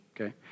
okay